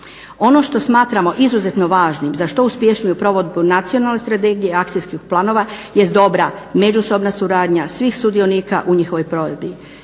Ono što smatramo izuzetno važnim za što uspješniju provedbu nacionalne strategije i akcijskih planova jeste dobra međusobna suradnja svih sudionika u njihovoj provedbi,